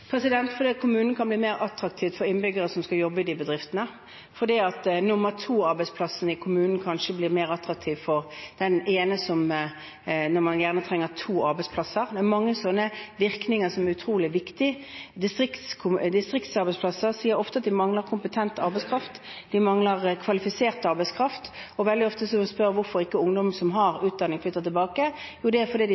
kommunen kan bli mer attraktiv for innbyggere som skal jobbe i de bedriftene, fordi nr. 2-arbeidsplassene i kommunen kanskje blir mer attraktive for dem som gjerne trenger to arbeidsplasser. Det er mange slike virkninger som er utrolig viktige. Distriktsarbeidsplasser sier ofte at de mangler kompetent arbeidskraft. De mangler kvalifisert arbeidskraft. Veldig ofte spør man hvorfor ikke ungdom som har utdanning, flytter tilbake. Jo, det er fordi de